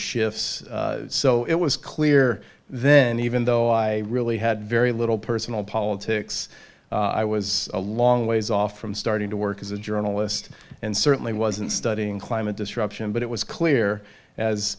shifts so it was clear then even though i really had very little personal politics i was a long ways off from starting to work as a journalist and certainly wasn't studying climate disruption but it was clear as